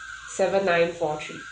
seven nine four three